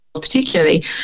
particularly